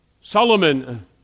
Solomon